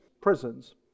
prisons